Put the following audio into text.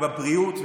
ובבריאות,